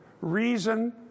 reason